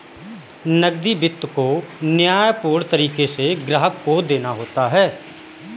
नकदी वित्त को न्यायपूर्ण तरीके से ग्राहक को देना होता है